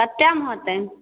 कतेमे होतै